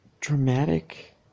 dramatic